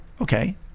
Okay